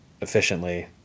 efficiently